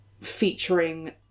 featuring